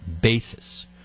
basis